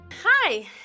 Hi